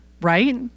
right